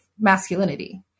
masculinity